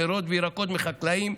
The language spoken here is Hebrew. פירות וירקות מחקלאים,